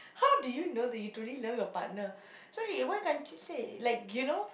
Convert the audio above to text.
how do you know that you truly love your partner so uh why can't you say like you know